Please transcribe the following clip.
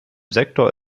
sektor